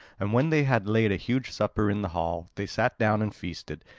and when they had laid a huge supper in the hall, they sat down and feasted,